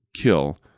kill